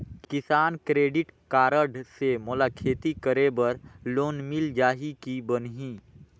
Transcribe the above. किसान credit card से मोला खेती करे बर लोन मिल जाहि की बनही??